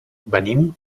venim